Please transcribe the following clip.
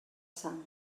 sang